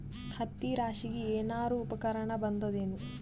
ಹತ್ತಿ ರಾಶಿಗಿ ಏನಾರು ಉಪಕರಣ ಬಂದದ ಏನು?